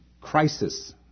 crisis